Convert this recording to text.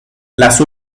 las